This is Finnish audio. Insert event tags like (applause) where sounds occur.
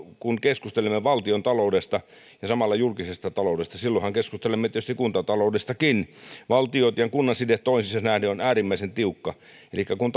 kun keskustelemme valtiontaloudesta ja samalla julkisesta taloudesta silloinhan keskustelemme tietysti kuntataloudestakin valtion ja kunnan side toisiinsa on äärimmäisen tiukka elikkä kun (unintelligible)